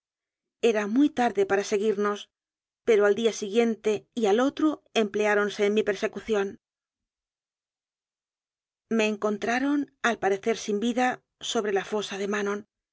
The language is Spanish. era muy tar de para seguimos pero al día siguiente y al otro empleáronse en mi persecución me encontraron al parecer sin vida sobre la fosa de manon